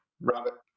Robert